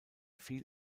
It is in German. viel